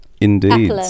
Indeed